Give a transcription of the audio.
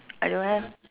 I don't have